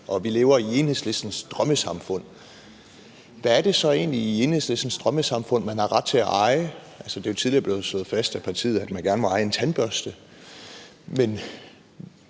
at vi lever i Enhedslistens drømmesamfund. Hvad er det egentlig så i Enhedslistens drømmesamfund, man har ret til at eje? Det er jo tidligere blevet slået fast af partiet, at man gerne må eje en tandbørste. Men